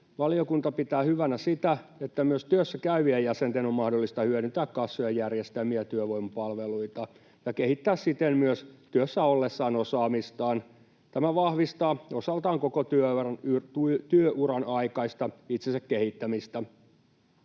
Valiokunta pitää hyvänä sitä, että myös työssäkäyvien jäsenten on mahdollista hyödyntää kassojen järjestämiä työvoimapalveluita ja kehittää siten osaamistaan myös työssä ollessaan. Tämä vahvistaa osaltaan koko työuran aikaista itsensä kehittämistä.